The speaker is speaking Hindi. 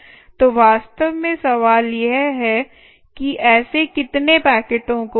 तो वास्तव में सवाल यह है कि ऐसे कितने पैकेटों को प्रेषित किया जा सकता है